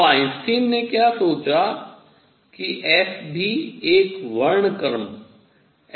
अब आइंस्टीन ने क्या सोचा कि S भी एक वर्णक्रम sdν से बना है